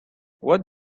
what